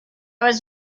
was